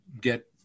get